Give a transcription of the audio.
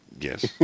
Yes